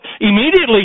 immediately